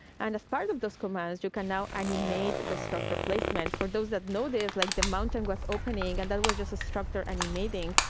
and as part of those commands, you can now animate the structure placement. for those that noticed like the mountain was opening, and that was just a structure animating.